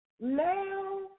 now